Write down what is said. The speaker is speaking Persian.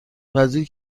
وزیر